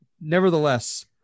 nevertheless